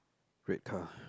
red car